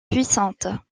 puissante